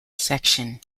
section